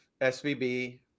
SVB